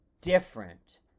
different